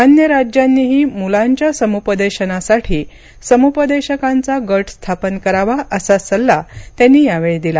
अन्य राज्यांनीही मुलांच्या समुपदेशनासाठी समुपदेशकांचा गट स्थापन करावा असा सल्ला त्यांनी दिला